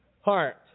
Heart